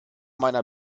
meiner